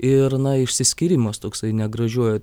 ir na išsiskyrimas toksai negražiuoju